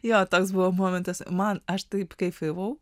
jo toks buvo momentas man aš taip kaifavau